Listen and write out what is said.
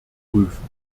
prüfen